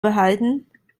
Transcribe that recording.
behalten